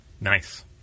Nice